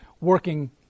working